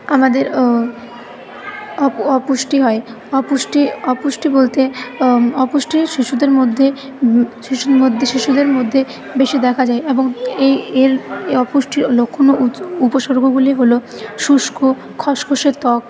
আমাদের অপু অপুষ্টি হয় অপুষ্টি অপুষ্টি বলতে অপুষ্টি শিশুদের মধ্যে শিশুর মধ্যে শিশুদের মধ্যে বেশী দেখা যায় এবং এই এর অপুষ্টির লক্ষণ ও উত উপসর্গগুলি হল শুষ্ক খসখসে ত্বক